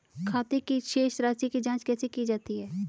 खाते की शेष राशी की जांच कैसे की जाती है?